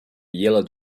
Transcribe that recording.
yellow